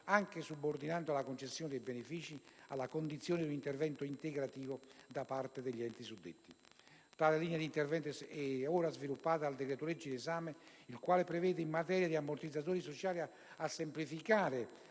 anche subordinando la concessione dei benefici alla condizione di un intervento integrativo da parte degli enti suddetti). Tale linea di intervento è ora sviluppata dal decreto-legge n. 5 in esame, il quale, in materia di ammortizzatori sociali, provvede a semplificare